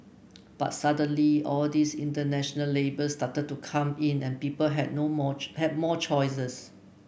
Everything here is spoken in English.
but suddenly all these international labels started to come in and people had no more had more choices